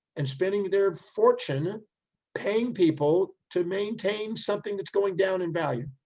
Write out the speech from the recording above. and spending their fortune paying people to maintain something that's going down in value.